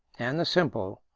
and the simple,